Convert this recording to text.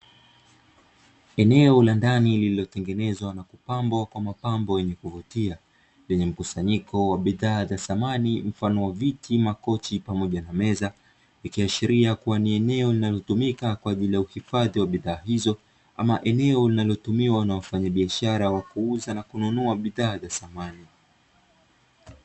Eneo la ndani lililopambwa kwa mapambo ya kuvutia, lenye mkusanyiko wa bidhaa za samani mfano wa viti, makochi pamoja na meza. Ikiashiria kuwa ni eneo linalotumika kwa ajili ya uhifadhi wa bidhaa hizo, ama eneo linalotumiwa na wafanyabiashara wa kuuza na kununua bidhaa za samani.